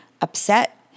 upset